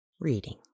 reading